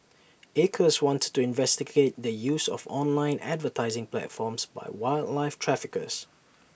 acres wanted to investigate the use of online advertising platforms by wildlife traffickers